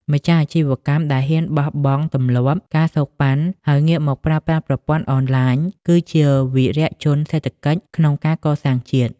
ម្ចាស់អាជីវកម្មដែលហ៊ានបោះបង់ទម្លាប់ ការសូកប៉ាន់ ហើយងាកមកប្រើប្រាស់ប្រព័ន្ធអនឡាញ គឺជាវីរជនសេដ្ឋកិច្ចក្នុងការកសាងជាតិ។